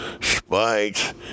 spikes